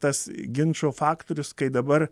tas ginčo faktorius kai dabar